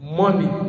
money